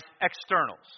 externals